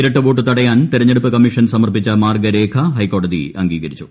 ഇരട്ട വോട്ട് തടയാൻ തെരഞ്ഞെടുപ്പ് കമ്മീഷൻ സമർപ്പിച്ച മാർഗരേഖ ഹൈക്കോടതി അംഗീകരിച്ചു